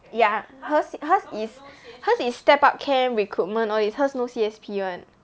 ya hers hers is step up camp recruitment all these hers no C_S_P one